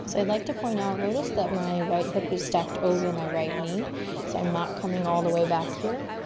so i'd like to point out, notice that my right hip is stacked over my right knee so i'm not coming all the way back here.